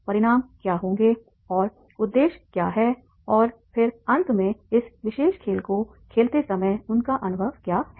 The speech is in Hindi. परिणाम क्या होंगे और उद्देश्य क्या हैं और फिर अंत में इस विशेष खेल को खेलते समय उनका अनुभव क्या है